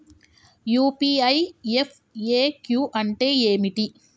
UPI FAQ అంటే ఏమిటి?